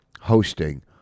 hosting